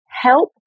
help